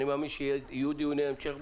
אני מאמין שיהיו דיוני המשך.